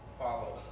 follow